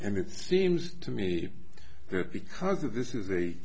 and it seems to me that because of this is